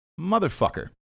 motherfucker